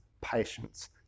patience